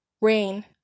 rain